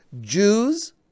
Jews